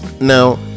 now